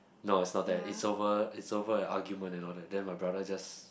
no it's not that it's over it's over an argument and all that then my brother just